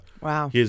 Wow